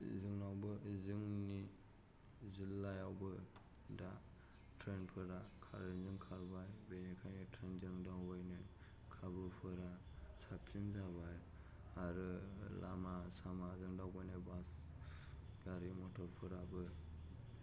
जोंनावबो जोंनि जिल्लायावबो दा ट्रेनफोरा कारेन्टजों खारबाय बिनिखायनो ट्रेनजों दावबायनो खाबुफोरा साबसिन जाबाय आरो लामा सामाजों दावबायनो बास गारि मथरफोराबो